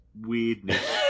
weirdness